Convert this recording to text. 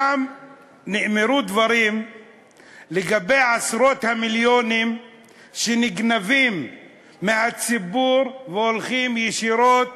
שם נאמרו דברים לגבי עשרות המיליונים שנגנבים מהציבור והולכים ישירות